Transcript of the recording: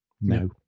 No